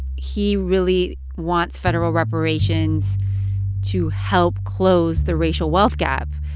he really wants federal reparations to help close the racial wealth gap.